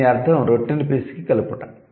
దీని అర్థం రొట్టెని పిసికి కలుపుట